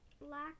black